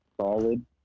Solid